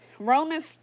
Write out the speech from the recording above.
Romans